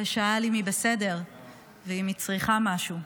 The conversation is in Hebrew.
ושאל אם היא בסדר ואם היא צריכה משהו.